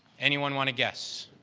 anyone want to guess?